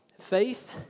Faith